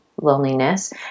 loneliness